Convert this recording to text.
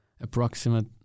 approximate